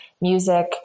music